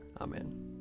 Amen